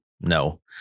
no